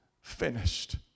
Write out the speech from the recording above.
finished